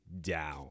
down